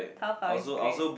Taobao is great